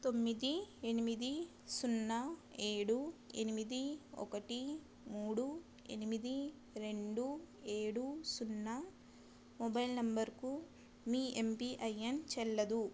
తొమ్మిది ఎనిమిది సున్నా ఏడు ఎనిమిది ఒకటి మూడు ఎనిమిది రెండు ఏడు సున్నా మొబైల్ నంబరుకు మీ ఎంపిఐఎన్ చెల్లదు